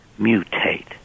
mutate